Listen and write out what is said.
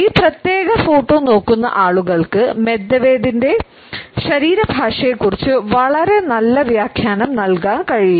ഈ പ്രത്യേക ഫോട്ടോ നോക്കുന്ന ആളുകൾക്ക് മെഡ്വദേവിൻറെ ശരീരഭാഷയെക്കുറിച്ച് വളരെ നല്ല വ്യാഖ്യാനം നൽകാൻ കഴിയില്ല